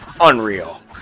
unreal